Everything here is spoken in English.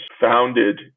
founded